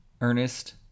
Ernest